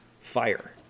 fire